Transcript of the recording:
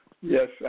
yes